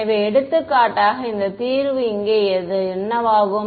எனவே எடுத்துக்காட்டாக இந்த தீர்வு இங்கே அது என்னவாகும்